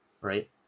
right